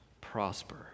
prosper